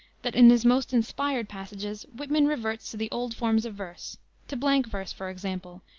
that in his most inspired passages whitman reverts to the old forms of verse to blank verse, for example,